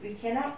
we cannot